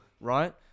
right